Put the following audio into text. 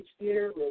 theater